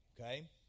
okay